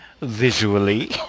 Visually